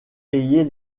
ayez